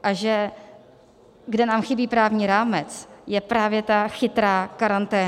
A že kde nám chybí právní rámec, je právě ta chytrá karanténa.